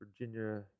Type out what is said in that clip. Virginia